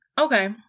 okay